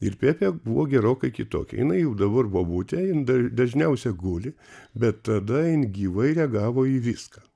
ir pepė buvo gerokai kitokia jinai jau dabar bubutė jin da dažniausia guli bet tada jin gyvai reagavo į viską